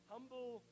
Humble